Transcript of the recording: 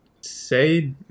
say